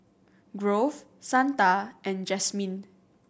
Grove Shanda and Jasmyne